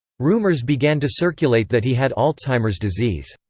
rumors began to circulate that he had alzheimer's disease.